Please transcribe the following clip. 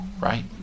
Right